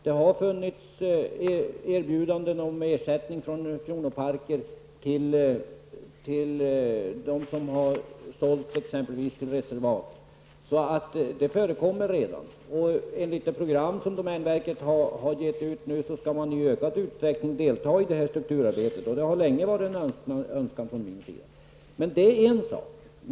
Det har funnits erbjudanden om ersättning från kronoparker till dem som har sålt exempelvis till reservat, så det förekommer redan. Enligt det program som domänverket har gett ut skall man i ökad utsträckning delta i strukturarbetet, och det har länge varit en önskan från min sida. Men det är en sak.